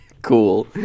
Cool